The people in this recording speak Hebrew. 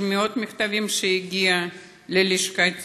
מאות מכתבים שהגיע ללשכתי,